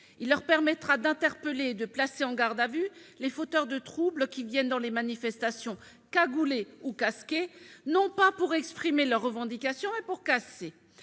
Il leur permettra d'interpeller et de placer en garde à vue les fauteurs de troubles qui viennent dans les manifestations, cagoulés ou casqués, non pas pour exprimer leurs revendications, mais pour casser.